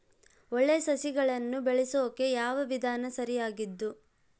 ಒಳ್ಳೆ ಸಸಿಗಳನ್ನು ಬೆಳೆಸೊಕೆ ಯಾವ ವಿಧಾನ ಸರಿಯಾಗಿದ್ದು?